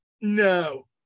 No